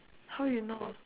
how you know